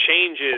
changes